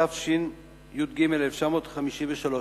התשי"ג 1953,